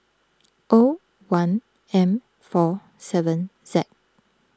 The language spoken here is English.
O one M four seven Z